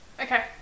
Okay